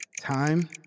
Time